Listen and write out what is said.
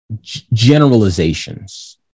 generalizations